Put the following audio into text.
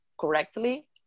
correctly